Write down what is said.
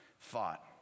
thought